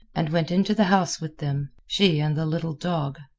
and went into the house with them, she and the little dog.